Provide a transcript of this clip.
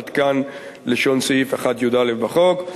עד כאן לשון סעיף יא1 בחוק.